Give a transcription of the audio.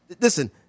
listen